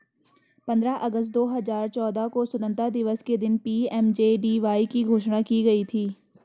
पंद्रह अगस्त दो हजार चौदह को स्वतंत्रता दिवस के दिन पी.एम.जे.डी.वाई की घोषणा की गई थी